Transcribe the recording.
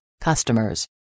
customers